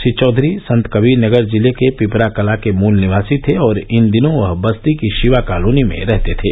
श्री चौधरी संत कबीरनगर जिले के पिपरा कला के मूल निवासी थे और इन दिनों वह बस्ती की शिवा कालोनी में रहते थे